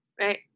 right